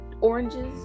oranges